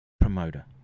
promoter